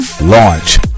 launch